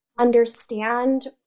understand